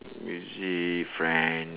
music friend